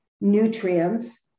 nutrients